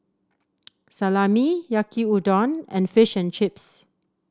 Salami Yaki Udon and Fish and Chips